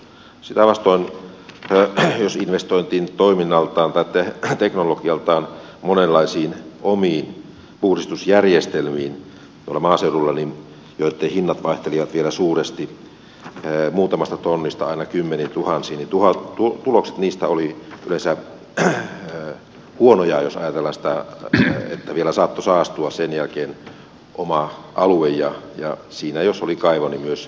sitä vastoin jos tuolla maaseudulla investoitiin toiminnaltaan tai teknologialtaan monenlaisiin omiin puhdistusjärjestelmiin joitten hinnat vaihtelivat vielä suuresti muutamasta tonnista aina kymmeniintuhansiin niin tulokset niistä olivat yleensä huonoja jos ajatellaan sitä että vielä saattoi saastua sen jälkeen oma alue ja jos siinä oli kaivo niin myös kaivo